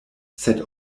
sed